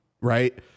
right